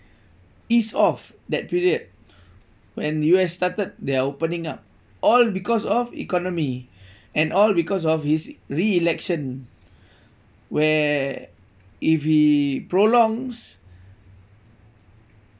ease off that period when U_S started their opening up all because of economy and all because of his reelection where if he prolongs